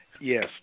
Yes